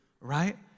right